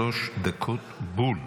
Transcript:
שלוש דקות בול.